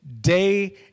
day